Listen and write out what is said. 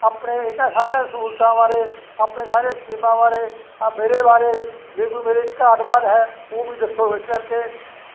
ਆਪਣੇ ਇਹ ਤਾਂ ਸਾਰੀਆਂ ਸਹੂਲਤਾਂ ਬਾਰੇ ਆਪਣੇ ਸਾਰੇ ਸਕੀਮਾਂ ਬਾਰੇ ਆ ਮੇਰੇ ਬਾਰੇ ਜੇ ਕੋਈ ਮੇਰੇ 'ਚ ਘਾਟ ਵਾਧ ਹੈ ਉਹ ਵੀ ਦੱਸੋ ਇਸ ਕਰਕੇ